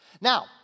Now